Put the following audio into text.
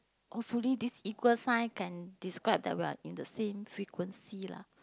hopefully this equal sign can describe that we are in the same frequency lah